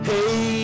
Hey